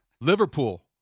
Liverpool